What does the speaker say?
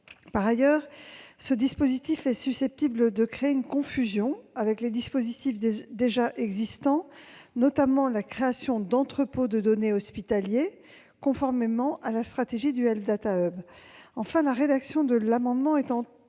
Par ailleurs, il est susceptible de créer une confusion avec les dispositifs déjà existants, notamment la création d'entrepôts de données hospitaliers, conformément à la stratégie du Health Data Hub. Enfin, la rédaction de l'amendement étant